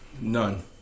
None